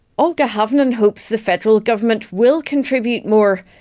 olga havnen hopes the federal government will contribute more,